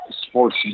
sports